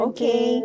Okay